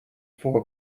for